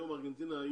היום בארגנטינה,